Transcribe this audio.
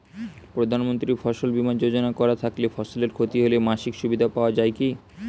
প্রধানমন্ত্রী ফসল বীমা যোজনা করা থাকলে ফসলের ক্ষতি হলে মাসিক সুবিধা পাওয়া য়ায় কি?